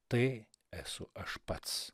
tai esu aš pats